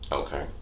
okay